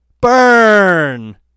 burn